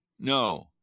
No